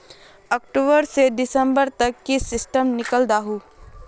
अक्टूबर से दिसंबर तक की स्टेटमेंट निकल दाहू?